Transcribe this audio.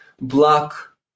block